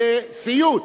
זה סיוט.